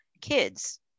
kids